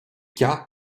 cas